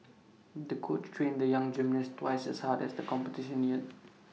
the coach trained the young gymnast twice as hard as the competition neared